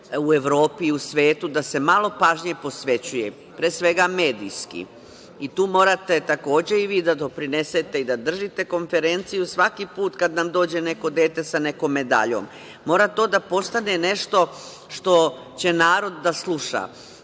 u Evropi i svetu, da se malo pažnje posvećuje, pre svega medijski. Tu morate, takođe i vi da doprinesete i da držite konferenciju svaki put kada vam dođe neko dete sa nekom medaljom. Mora to da postane nešto što će narod da